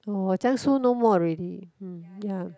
orh Jiangsu no more already hmm ya